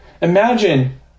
Imagine